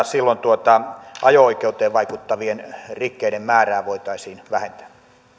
silloin ajo oikeuteen vaikuttavien rikkeiden määrää voitaisiin vähentää